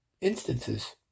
instances